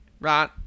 right